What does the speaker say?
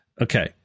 Okay